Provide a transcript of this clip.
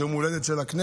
זהו יום ההולדת של הכנסת,